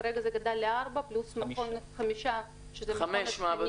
כרגע זה גדל לארבע פלוס מכון התקנים שזה חמישה,